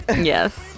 yes